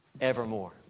evermore